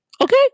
Okay